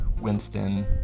Winston